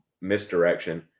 misdirection